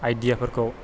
आइदियाफोरखौ